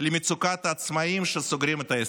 למצוקת העצמאים שסוגרים את העסק.